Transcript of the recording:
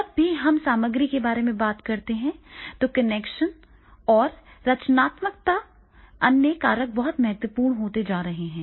जब भी हम सामग्री की बात करते हैं तो कनेक्शन और रचनात्मकता अन्य कारक बहुत महत्वपूर्ण होते जा रहे हैं